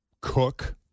cook